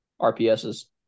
rps's